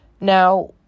Now